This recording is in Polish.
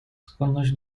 skłonność